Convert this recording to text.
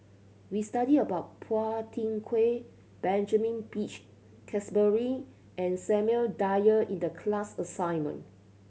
we studied about Phua Thin Kiay Benjamin Peach Keasberry and Samuel Dyer in the class assignment